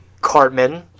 Cartman